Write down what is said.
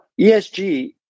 ESG